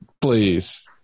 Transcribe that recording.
please